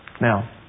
Now